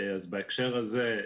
אז בהקשר הזה,